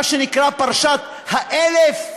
מה שנקרא פרשת ה-1000?